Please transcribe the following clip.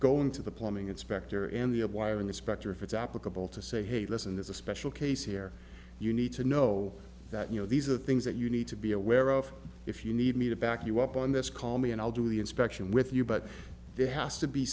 into the plumbing inspector and the of wiring the specter if it's applicable to say hey listen there's a special case here you need to know that you know these are things that you need to be aware of if you need me to back you up on this call me and i'll do the inspection with you but there has to be